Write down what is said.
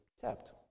Kept